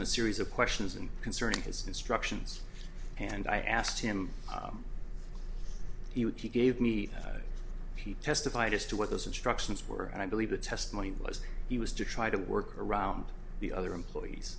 him a series of questions and concerning his instructions and i asked him he would keep gave me p t s to fight as to what those instructions were and i believe the testimony was he was to try to work around the other employees